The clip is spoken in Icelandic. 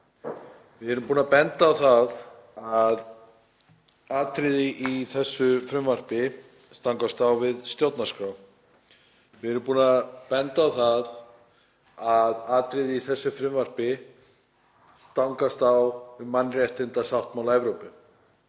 Við erum búin að benda á það að atriði í þessu frumvarpi stangast á við stjórnarskrá. Við erum búin að benda á að atriði í þessu frumvarpi stangast á við mannréttindasáttmála Evrópu.